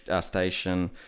station